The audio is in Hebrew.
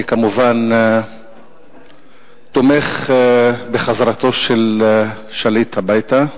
אני כמובן תומך בחזרתו של שליט הביתה,